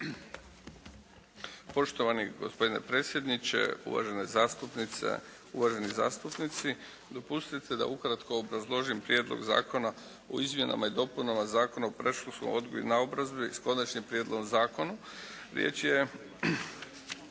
Poštovani gospodine predsjedniče, uvažene zastupnice, uvaženi zastupnici. Dopustite da ukratko obrazložim Prijedlog Zakona o izmjenama i dopunama Zakona o predškolskom odgoju i naobrazbi s Konačnim prijedlogom Zakona. Riječ je